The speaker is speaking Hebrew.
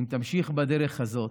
ואם תמשיך בדרך הזאת,